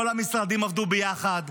כל המשרדים עבדו ביחד.